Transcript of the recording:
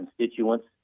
constituents